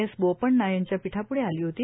S Bopanna यांच्या पीठाप्ढे आली होती